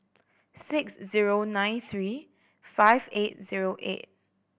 six zero nine three five eight zero eight